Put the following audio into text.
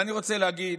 אני רוצה להגיד